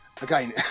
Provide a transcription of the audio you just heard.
Again